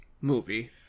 movie